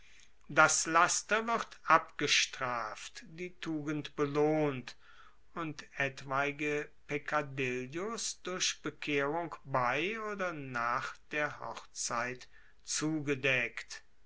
das laster wird abgestraft die tugend belohnt und etwaige peccadillos durch bekehrung bei oder nach der hochzeit zugedeckt